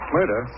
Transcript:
Murder